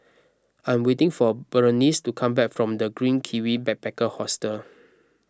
I'm waiting for Berenice to come back from the Green Kiwi Backpacker Hostel